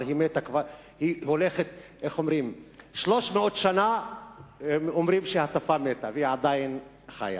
הוא אמר: 300 שנה אומרים שהשפה מתה והיא עדיין חיה.